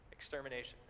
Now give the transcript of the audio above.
extermination